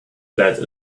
that